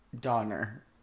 Donner